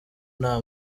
nta